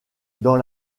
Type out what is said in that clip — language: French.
dans